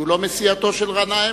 שהוא לא מסיעתו של גנאים,